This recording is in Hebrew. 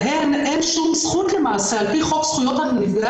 להן אין שום זכות על פי חוק זכויות נפגעי